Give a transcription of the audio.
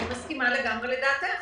ואני מסכימה לגמרי לדעתך.